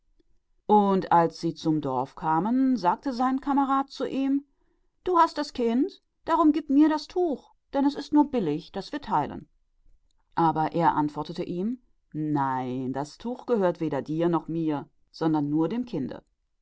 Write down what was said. und als sie zum dorfe kamen sagte sein gefährte zu ihm du hast das kind gib mir also das tuch denn es ist nur recht daß wir teilen aber er antwortete ihm nein denn das tuch gehört weder dir noch mir sondern einzig dem kinde